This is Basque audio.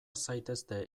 zaitezte